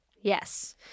yes